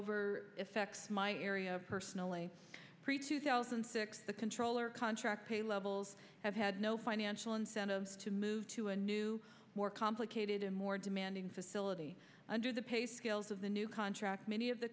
over effects my area personally prefer to thousand and six the controller contract pay levels have had no financial incentives to move to a new more complicated and more demanding facility under the pay scales of the new contract many of the